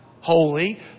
Holy